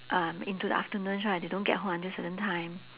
um into the afternoons right they don't get home until certain time